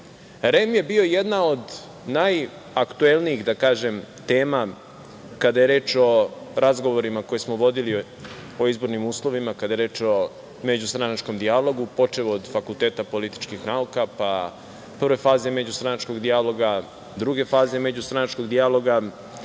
REM je bio jedna od najaktuelnijih tema, kada je reč o razgovorima koje smo vodili o izbornim uslovima, kada je reč o međustranačkom dijalogu, počev od Fakulteta političkih nauka, pa prve faze međustranačkog dijaloga, druge faze međustranačkog dijaloga. Ono